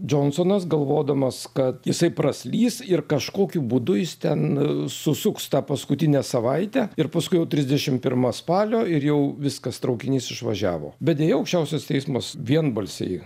džonsonas galvodamas kad jisai praslys ir kažkokiu būdu jis ten susuks tą paskutinę savaitę ir paskui jau trisdešim pirma spalio ir jau viskas traukinys išvažiavo bet deja aukščiausias teismas vienbalsiai